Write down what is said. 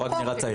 אוקי.